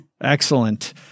Excellent